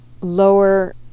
lower